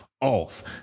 off